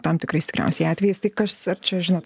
tam tikrais tikriausiai atvejais tai kas ar čia žinot